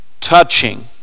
touching